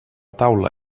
taula